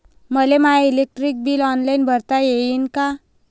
मले माय electric bill online भरता येईन का?